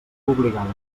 obligada